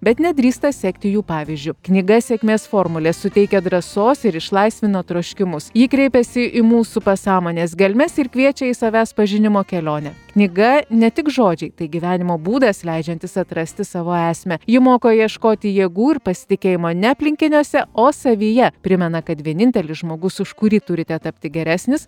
bet nedrįsta sekti jų pavyzdžiu knyga sėkmės formulės suteikia drąsos ir išlaisvina troškimus ji kreipiasi į mūsų pasąmonės gelmes ir kviečia į savęs pažinimo kelionę knyga ne tik žodžiai tai gyvenimo būdas leidžiantis atrasti savo esmę ji moko ieškoti jėgų ir pasitikėjimo ne aplinkiniuose o savyje primena kad vienintelis žmogus už kurį turite tapti geresnis